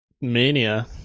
Mania